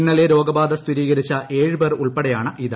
ഇന്നലെ രോഗബാധ സ്ഥിരീകരിച്ച ഏഴുപേർ ഉൾപ്പെടെയാണിത്